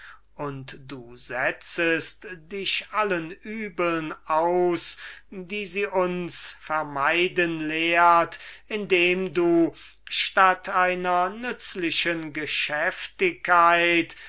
und du setzest dich allen übeln aus die sie uns vermeiden lehrt indem du anstatt einer nützlichen geschäftigkeit